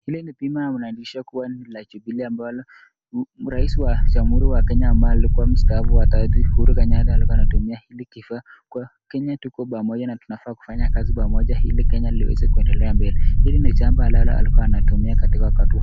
Hili bima linashiria kuwa ni la Jubilee Rais wa tatu Uhuru Kenyatta mstaafu alikua anatumia kuonyesha kuwa kenya tuko pamoja na tunafaa kufanya kazi pamoja ili waeze kuendelea mbele.